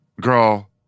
Girl